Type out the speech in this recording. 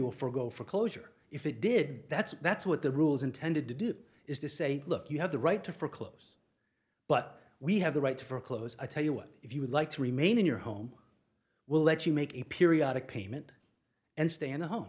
will forgo for closure if it did that's that's what the rules intended to do is to say look you have the right to foreclose but we have the right to for close i tell you what if you would like to remain in your home we'll let you make a periodic payment and stay in a home